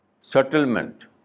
settlement